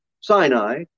Sinai